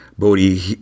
Bodhi